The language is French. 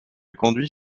conduit